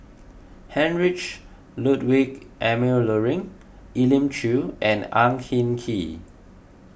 Heinrich Ludwig Emil Luering Elim Chew and Ang Hin Kee